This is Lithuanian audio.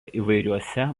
įvairiuose